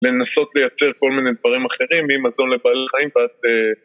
לנסות לייצר כל מיני דברים אחרים, ממזון לבעלי חיים ועד...